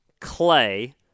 Clay